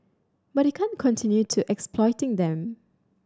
but you can't continue to exploiting them